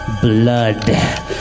blood